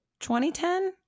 2010